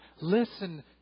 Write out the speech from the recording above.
Listen